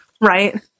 right